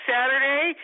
Saturday